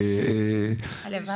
הלוואי.